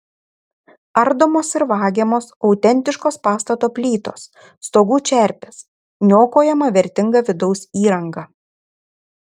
ardomos ir vagiamos autentiškos pastato plytos stogų čerpės niokojama vertinga vidaus įranga